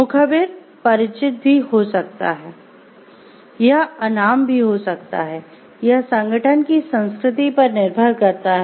मुखबिर परिचित है या अनाम है